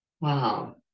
Wow